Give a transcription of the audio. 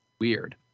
weird